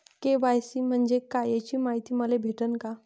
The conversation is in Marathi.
के.वाय.सी म्हंजे काय याची मायती मले भेटन का?